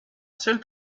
seule